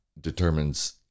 determines